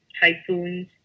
typhoons